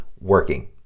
working